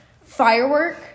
Firework